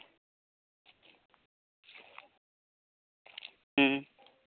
ᱦᱩᱸ